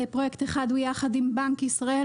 פרויקט אחד הוא יחד עם בנק ישראל,